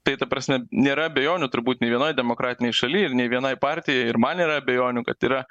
tai ta prasme nėra abejonių turbūt nei vienoj demokratinėj šaly ir nei vienai partijai ir man nėra abejonių kad yra